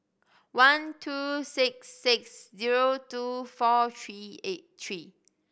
one two six six zero two four three eight three